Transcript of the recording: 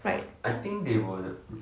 right